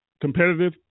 competitive